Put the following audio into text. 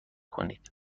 کنید